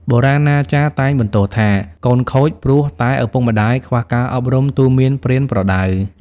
បុរាណាចារ្យតែងបន្ទោសថា កូនខូចព្រោះតែឪពុកម្ដាយខ្វះការអប់រំទូន្មានប្រៀនប្រដៅ ។